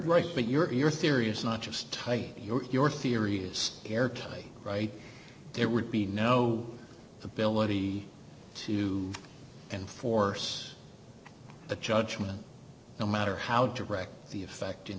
right but your theory is not just tight your theory is airtight right there would be no ability to enforce the judgment no matter how direct the effect in